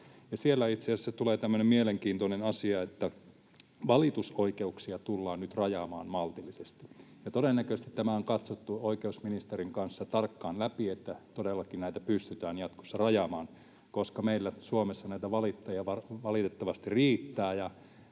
Siellä itse asiassa tulee tämmöinen mielenkiintoinen asia, että valitusoikeuksia tullaan nyt rajaamaan maltillisesti. Todennäköisesti tämä on katsottu oikeusministerin kanssa tarkkaan läpi, että todellakin näitä pystytään jatkossa rajaamaan, koska meillä Suomessa näitä valittajia valitettavasti riittää.